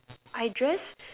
I dress